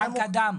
בנק הדם.